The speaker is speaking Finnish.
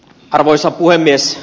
arvoisa puhemies